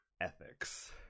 ethics